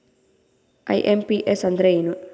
IMPS ಅಂದ್ರ ಏನು?